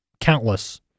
countless